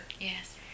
Yes